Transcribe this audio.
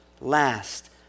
last